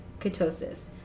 ketosis